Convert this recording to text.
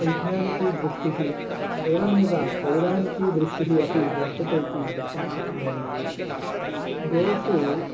वैज्ञानिकीदृष्टिः एवमेव पौराणिकीदृष्टिः अपि वर्तते इति वक्तुं शक्नोमि गोषु